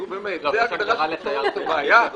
נו באמת, זו ההגדרה שפותרת את הבעיה?